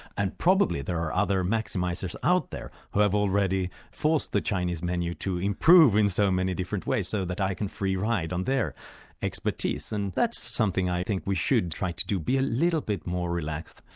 and probably there are other maximisers out there who have already forced the chinese menu to improve in so many different ways so that i can free-ride on their expertise. and that's something i think we should try to do be a little bit more relaxed.